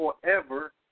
forever